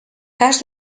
cas